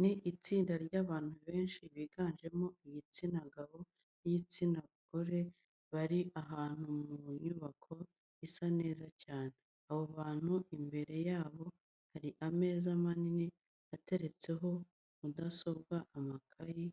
Ni itsinda ry'abantu benshi biganjemo igitsina gabo n'igitsina gire, bari ahantu mu nyubako isa neza cyane. Abo bantu imbere yabo hari ameza manini ateretseho mudazobwa, amakayi,